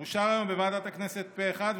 אושר היום בוועדת הכנסת פה אחד,